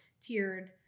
tiered